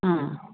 ಹಾಂ